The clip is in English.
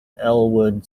elmwood